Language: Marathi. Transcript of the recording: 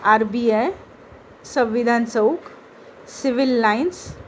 R B I Samvidhan Chowk civil lines